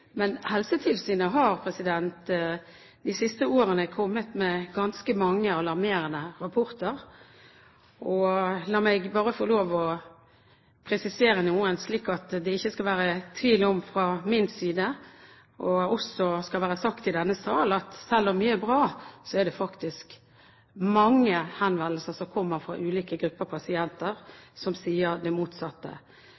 Men Helsetilsynet har de siste årene kommet med ganske mange alarmerende rapporter. La meg bare få lov å presisere noen, slik at det ikke skal være tvil om fra min side – og også skal være sagt i denne sal – at selv om mye er bra, er det faktisk mange henvendelser som kommer fra ulike grupper pasienter,